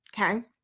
okay